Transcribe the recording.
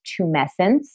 tumescence